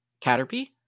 Caterpie